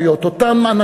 אותן אימהות חד-הוריות,